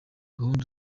gahunda